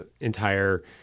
entire